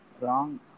Wrong